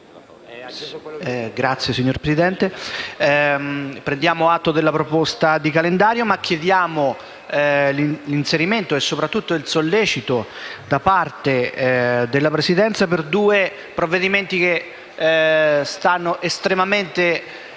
*(M5S)*. Signor Presidente, prendiamo atto della proposta di calendario, ma chiediamo l'inserimento e soprattutto il sollecito da parte della Presidenza per due provvedimenti che stanno estremamente